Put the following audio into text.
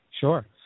Sure